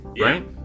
right